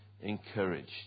encouraged